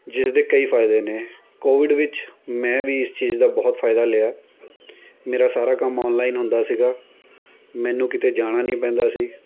ਜਿਸ ਦੇ ਕਈ ਫਾਇਦੇ ਨੇ ਕੋਵਿਡ ਵਿੱਚ ਮੈਂ ਵੀ ਇਸ ਚੀਜ਼ ਦਾ ਬਹੁਤ ਫਾਇਦਾ ਲਿਆ ਮੇਰਾ ਸਾਰਾ ਕੰਮ ਔਨਲਾਈਨ ਹੁੰਦਾ ਸੀਗਾ ਮੈਨੂੰ ਕਿਤੇ ਜਾਣਾ ਨਹੀਂ ਪੈਂਦਾ ਸੀ